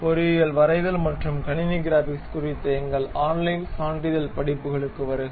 பொறியியல் வரைதல் மற்றும் கணினி கிராபிக்ஸ் குறித்த எங்கள் ஆன்லைன் சான்றிதழ் படிப்புகளுக்கு வருக